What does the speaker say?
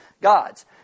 gods